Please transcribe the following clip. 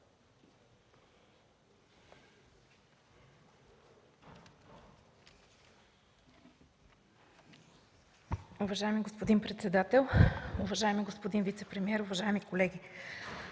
Уважаеми господин председател, уважаеми господин вицепремиер, уважаеми колеги!